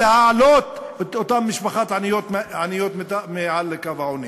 להעלות את אותן משפחות עניות מעל לקו העוני.